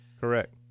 Correct